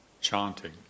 chanting